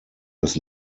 das